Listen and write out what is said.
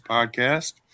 Podcast